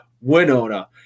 Winona